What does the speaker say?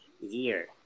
year